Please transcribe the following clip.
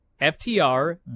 FTR